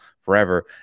forever